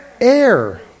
air